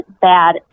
bad